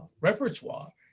repertoire